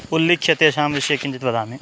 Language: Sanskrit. उल्लिख्य तेषां विषये किञ्चित् वदामि